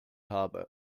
habe